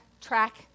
track